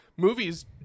Movies